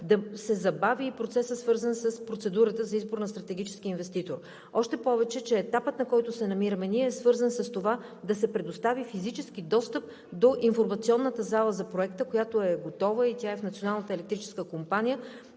да се забави и процесът, свързан с процедурата за избор на стратегически инвеститор, още повече че етапът, на който се намираме ние, е свързан с това да се предостави физически достъп до информационната зала за проекта, която е готова и е в Националната електрическа компания.